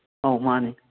ꯑꯥꯎ ꯃꯥꯅꯦ